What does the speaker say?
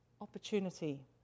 opportunity